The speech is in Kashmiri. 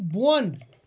بۄن